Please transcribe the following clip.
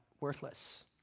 worthless